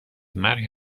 مرگ